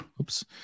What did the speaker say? oops